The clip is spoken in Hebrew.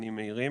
ומהיר,